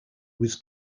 was